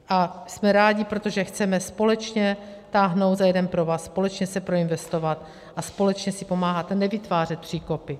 A jsme rádi, protože chceme společně táhnout za jeden provaz, společně se proinvestovat a společně si pomáhat a nevytvářet příkopy.